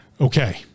okay